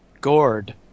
gourd